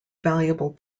valuable